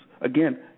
again